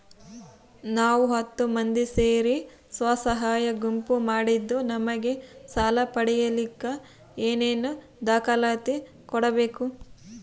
ನಾವು ಹತ್ತು ಮಂದಿ ಸೇರಿ ಸ್ವಸಹಾಯ ಗುಂಪು ಮಾಡಿದ್ದೂ ನಮಗೆ ಸಾಲ ಪಡೇಲಿಕ್ಕ ಏನೇನು ದಾಖಲಾತಿ ಕೊಡ್ಬೇಕು?